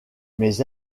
mes